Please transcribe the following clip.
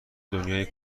دنیای